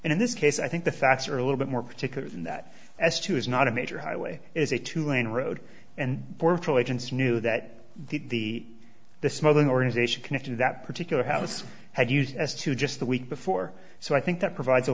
and in this case i think the facts are a little bit more particular than that as to is not a major highway is a two lane road and agents knew that the the smuggling organization connected that particular house had used as to just the week before so i think that provides a